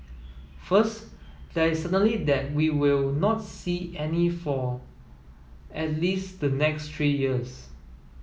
first there is certainty that we will not see any for at least the next three years